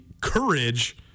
courage